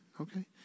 Okay